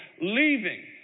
leaving